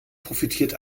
profitiert